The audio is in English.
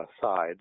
side